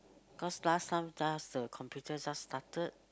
cause last time just the computer just started